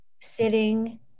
Sitting